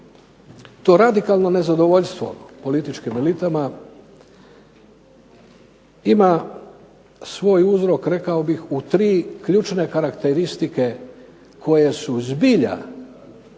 to radikalno nezadovoljstvo političkim elitama ima svoj uzrok rekao bih u tri ključne karakteristike koje su zbilja